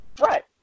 Right